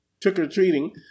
trick-or-treating